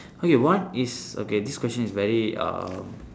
okay what is okay this question is very uh